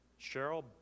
Cheryl